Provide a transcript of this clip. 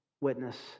witness